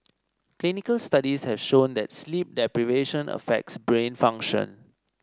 clinical studies have shown that sleep deprivation affects brain function